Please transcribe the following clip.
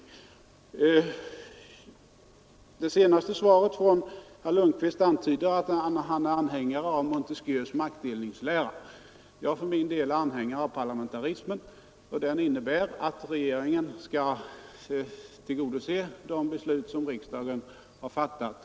Av det senaste svaret från herr Lundkvist verkar det som om han är anhängare av Montesquieus maktdelningslära. Jag för min del är anhängare av parlamentarismen, och den innebär att regeringen skall följa de beslut som riksdagen har fattat.